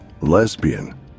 lesbian